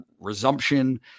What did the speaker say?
resumption